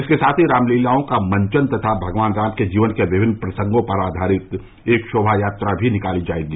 इसके साथ ही रामलीलाओं का मंचन तथा भगवान राम के जीवन के विमिन्न प्रसंगों पर आघारित एक शोभा यात्रा भी निकाली जायेगी